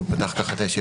הוא פתח כך את הישיבה.